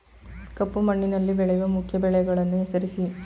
ಕಪ್ಪು ಮಣ್ಣಿನಲ್ಲಿ ಬೆಳೆಯುವ ಮುಖ್ಯ ಬೆಳೆಗಳನ್ನು ಹೆಸರಿಸಿ